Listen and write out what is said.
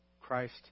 Christ